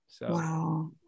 wow